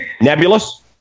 nebulous